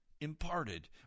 imparted